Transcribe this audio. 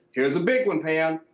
here's a big one, pam,